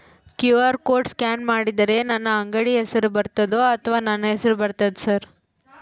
QR code scan ಮಾಡಿದರೆ ನನ್ನ ಅಂಗಡಿ ಹೆಸರು ಬರ್ತದೋ ಅಥವಾ ನನ್ನ ಹೆಸರು ಬರ್ತದ ಸರ್?